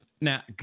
Now